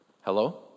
Hello